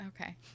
okay